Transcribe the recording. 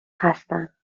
هستن